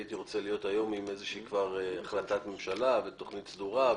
הייתי רוצה להיות היום כבר עם איזושהי החלטת ממשלה ותוכנית סדורה,